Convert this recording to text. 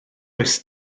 oes